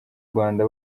rwanda